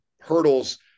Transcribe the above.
hurdles